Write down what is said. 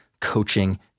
coaching